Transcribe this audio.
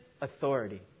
authority